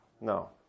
No